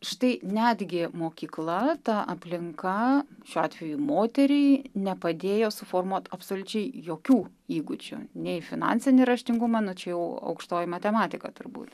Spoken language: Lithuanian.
štai netgi mokykla ta aplinka šiuo atveju moteriai nepadėjo suformuot absoliučiai jokių įgūdžių nei finansinį raštingumą nu čia jau aukštoji matematika turbūt